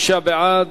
25 בעד,